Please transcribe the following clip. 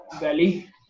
belly